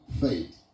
faith